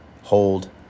hold